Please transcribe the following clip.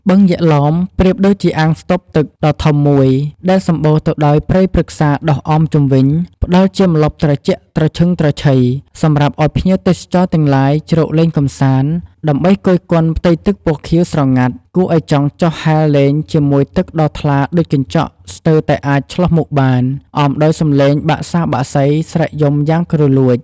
បឹងយក្សឡោម ប្រៀបដូចជាអាងស្តុបទឹកដ៏ធំមួយ ដែលសម្បូរទៅដោយព្រៃព្រឹក្សាដុះអមជុំវិញ ផ្តល់ជាម្លប់ត្រជាក់ត្រឈឹងត្រឈៃ សម្រាប់ឱ្យភ្ញៀវទេសចរទាំងឡាយ ជ្រកលេងកម្សាន្ត ដើម្បីគយគន់ផ្ទៃទឹកពណ៌ខៀវស្រងាត់ គួរឱ្យចង់ចុះហែលលេងជាមួយទឹកដ៏ថ្លាដូចកញ្ចក់ស្ទើរតែ អាចឆ្លុះមុខបាន អមដោយសំឡេងបក្សាបក្សីស្រែកយំយ៉ាងគ្រលួច ។